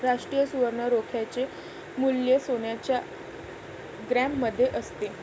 राष्ट्रीय सुवर्ण रोख्याचे मूल्य सोन्याच्या ग्रॅममध्ये असते